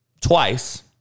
Twice